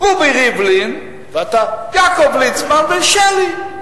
רובי ריבלין, יעקב ליצמן ושלי.